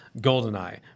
Goldeneye